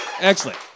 Excellent